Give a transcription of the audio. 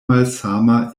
malsama